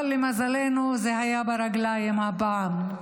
אבל למזלנו זה היה ברגליים הפעם,